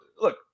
look